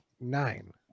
Nine